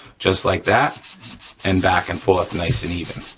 just like that and back and forth, nice and even,